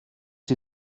sie